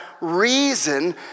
reason